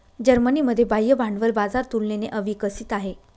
जर्मनीमध्ये बाह्य भांडवल बाजार तुलनेने अविकसित आहे